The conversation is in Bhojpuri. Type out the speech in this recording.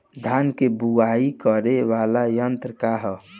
धान के बुवाई करे वाला यत्र का ह?